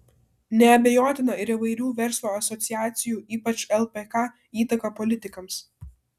neabejotina ir įvairių verslo asociacijų ypač lpk įtaka politikams